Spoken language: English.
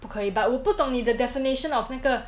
不可以 but 我不懂你 the definition of 那个